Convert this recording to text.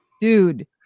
dude